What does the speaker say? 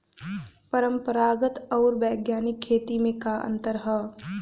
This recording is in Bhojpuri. परंपरागत आऊर वैज्ञानिक खेती में का अंतर ह?